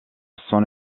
son